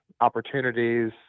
opportunities